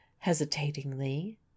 hesitatingly